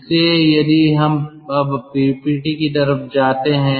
इसलिए यदि हम अब पीपीटी की तरफ जाते हैं